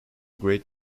great